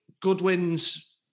Goodwin's